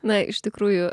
na iš tikrųjų